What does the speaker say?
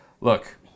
Look